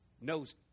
knows